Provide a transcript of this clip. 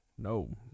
No